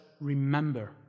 remember